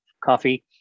coffee